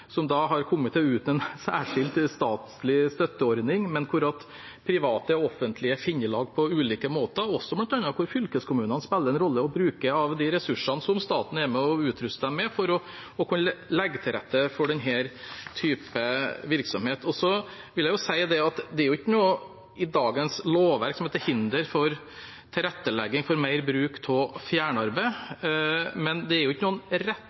som har kommet til uten en særskilt statlig støtteordning, men ved at private og offentlige finner sammen på ulike måter, og hvor også bl.a. fylkeskommunene spiller en rolle og bruker av de ressursene som staten er med og utruster dem med, for å kunne legge til rette for denne typen virksomhet. Så vil jeg si at det ikke er noe i dagens lovverk som er til hinder for tilrettelegging for mer bruk av fjernarbeid, men det er ikke noen